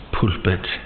pulpit